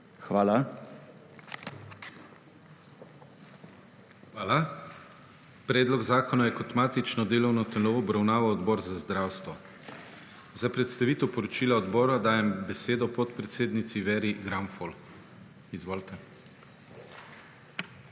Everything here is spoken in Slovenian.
Hvala. Predlog zakona je kot matično delovno telo obravnaval Odbor za zdravstvo. Za predstavitev poročila odbora dajem besedo podpredsednici Veri Granfol. Izvolite.